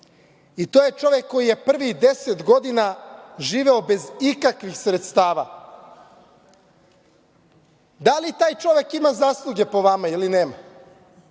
i to je čovek koji je prvih 10 godina živeo bez ikakvih sredstava. Da li taj čovek ima zasluge po vama ili nema?